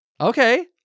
Okay